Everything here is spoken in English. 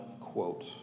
quote